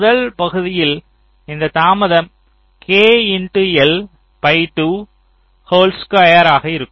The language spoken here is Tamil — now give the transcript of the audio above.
முதல் பகுதியில் இந்த தாமதம் K x L by 2 whole ஸ்குயராக இருக்கும்